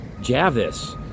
Javis